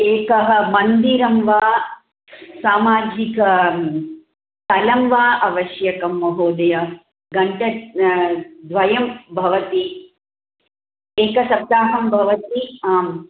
एकः मन्दिरं वा सामाजिकस्थलं वा आवश्यकं महोदय घण्टा द्वयं भवति एकसप्ताहं भवति आम्